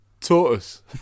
tortoise